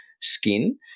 skin